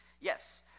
Yes